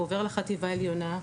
הוא עובר לחטיבה העליונה.